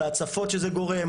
על ההצפות שזה גורם,